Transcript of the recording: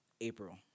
April